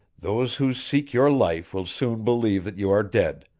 those who seek your life will soon believe that you are dead,